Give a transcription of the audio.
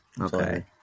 Okay